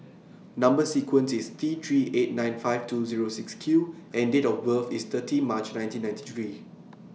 Number sequence IS T three eight nine five two Zero six Q and Date of birth IS thirty March nineteen ninety three